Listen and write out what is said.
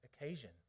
occasion